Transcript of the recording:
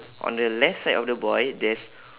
on the left side of the boy there's